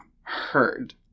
heard